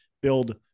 build